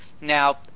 now